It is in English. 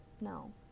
No